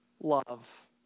love